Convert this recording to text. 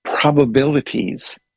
probabilities